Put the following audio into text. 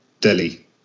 Delhi